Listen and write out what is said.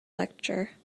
lecture